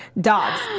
Dogs